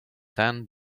tan